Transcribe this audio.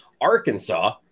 arkansas